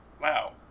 Wow